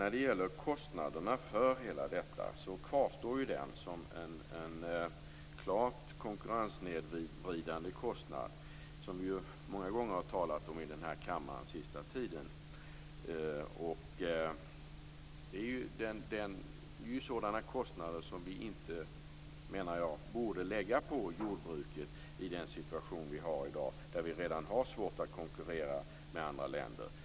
Vad gäller kostnaderna för allt detta vill jag säga att dessa kvarstår som en klart konkurrenssnedvridande faktor, som det många gånger har talats om här i kammaren under den sista tiden. Det är fråga om kostnader som enligt min mening inte borde läggas på jordbruket i den situation som vi har i dag, när vi redan har svårt att konkurrera med andra länder.